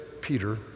Peter